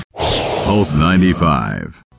Pulse95